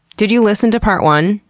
did you listen to part one?